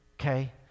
okay